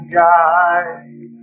guide